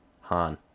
Han